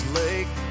lake